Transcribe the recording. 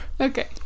Okay